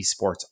esports